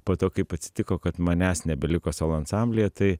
po to kaip atsitiko kad manęs nebeliko solo ansamblyje tai